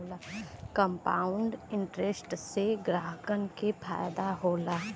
compound interest से ग्राहकन के फायदा होला